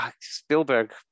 Spielberg